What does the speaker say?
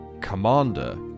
commander